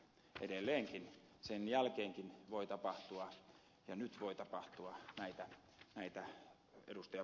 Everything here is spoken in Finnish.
edelleenkin sen jälkeenkin voi tapahtua ja nyt voi tapahtua näitä ed